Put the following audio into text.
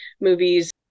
movies